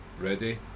ready